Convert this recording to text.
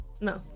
No